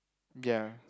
ya